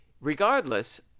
regardless